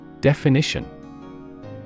Definition